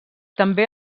també